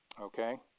Okay